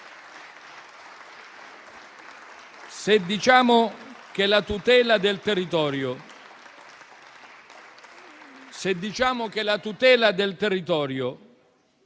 Se diciamo che la tutela del territorio